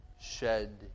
shed